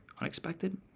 unexpected